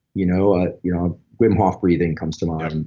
you know ah you know wim hof breathing comes to mind.